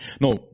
No